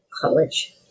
college